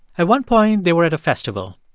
at one point, they were at a festival.